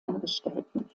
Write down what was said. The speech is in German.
angestellten